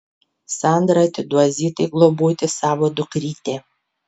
sandra atiduos zitai globoti savo dukrytę